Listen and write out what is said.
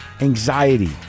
Anxiety